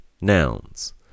nouns